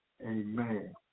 amen